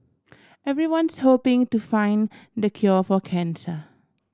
everyone's hoping to find the cure for cancer